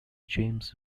james